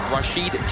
Rashid